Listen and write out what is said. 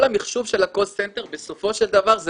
כל המחשוב של הקול סנטר בסופו של דבר זה